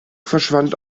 verschwand